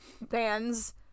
bands